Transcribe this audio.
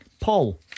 Paul